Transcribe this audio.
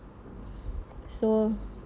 so